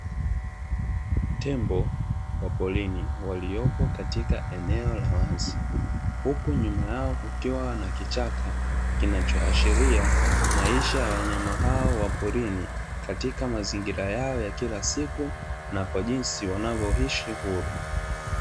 Tembo wa porini waliopo katika eneo la wazi, huku nyuma yao kukiwa na kichaka kinachoashiria maisha ya wanyama hao wa porini katika mazingira yao ya kila siku na kwa jinsi wanavyoishi huru.